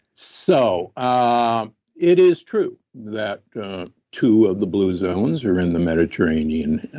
so ah it is true that two of the blue zones are in the mediterranean,